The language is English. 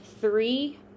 three